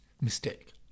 mistake